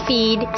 Feed